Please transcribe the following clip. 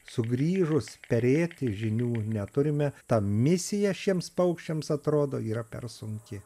sugrįžus perrėkti žinių neturime ta misija šiems paukščiams atrodo yra per sunki